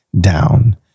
down